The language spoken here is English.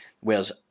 whereas